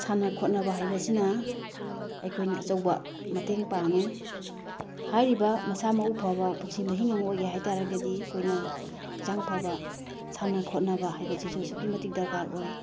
ꯁꯥꯟꯅ ꯈꯣꯠꯅꯕ ꯍꯥꯏꯕꯁꯤꯅ ꯑꯩꯈꯣꯏꯅ ꯑꯆꯧꯕ ꯃꯇꯦꯡ ꯄꯥꯡꯏ ꯍꯥꯏꯔꯤꯕ ꯃꯁꯥ ꯃꯎ ꯐꯕ ꯄꯨꯟꯁꯤ ꯃꯍꯤꯡ ꯑꯃ ꯑꯣꯏꯒꯦ ꯍꯥꯏꯇꯥꯔꯒꯗꯤ ꯑꯩꯈꯣꯏꯅ ꯍꯛꯆꯥꯡ ꯐꯕ ꯁꯥꯟꯅ ꯈꯣꯠꯅꯕ ꯍꯥꯏꯕꯁꯤꯁꯨ ꯑꯁꯨꯛꯀꯤ ꯃꯇꯤꯛ ꯗꯔꯀꯥꯔ ꯑꯣꯏ